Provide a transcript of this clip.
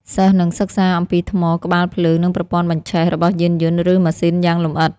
សិស្សនឹងសិក្សាអំពីថ្ម ក្បាលភ្លើង និងប្រព័ន្ធបញ្ឆេះ របស់យានយន្ត ឬម៉ាស៊ីនយ៉ាងលម្អិត។